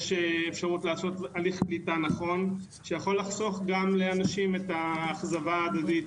יש אפשרות לעשות הליך קליטה נכון שיכול לחסוך לאנשים אכזבה הדדית.